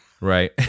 right